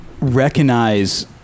recognize